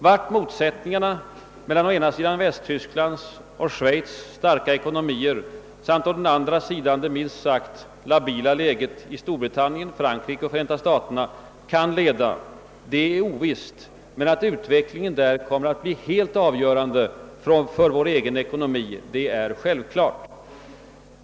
Vart motsättningarna mellan å ena sidan Västtysklands och Schweiz starka ekonomier samt å andra sidan det minst sagt labila läget i Storbritannien, Frankrike och Förenta staterna kan leda är ovisst, men att utvecklingen där kommer att bli helt avgörande för vår egen ekonomi är självklart.